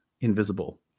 invisible